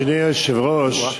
אדוני היושב-ראש,